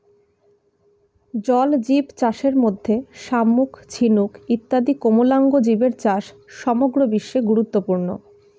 জলজীবচাষের মধ্যে শামুক, ঝিনুক ইত্যাদি কোমলাঙ্গ জীবের চাষ সমগ্র বিশ্বে গুরুত্বপূর্ণ